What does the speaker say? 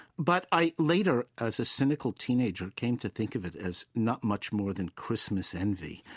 but i later, as a cynical teenager, came to think of it as not much more than christmas envy.